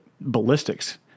ballistics